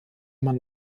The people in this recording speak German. man